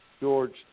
George